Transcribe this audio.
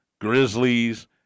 Grizzlies